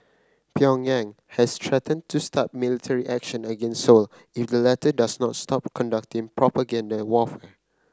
Pyongyang has threatened to start military action against Seoul if the latter does not stop conducting propaganda warfare